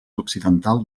occidental